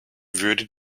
würde